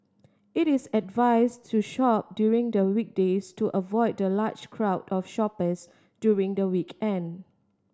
it is advised to shop during the weekdays to avoid the large crowd of shoppers during the weekend